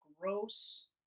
gross